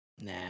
Nah